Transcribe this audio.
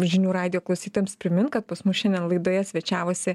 žinių radijo klausytojams primint kad pas mus šiandien laidoje svečiavosi